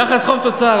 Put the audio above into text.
יחס חוב תוצר,